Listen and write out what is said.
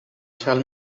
tell